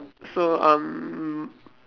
so um